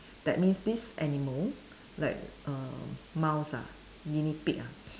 that means this animal like err mouse ah guinea pig ah